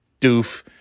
doof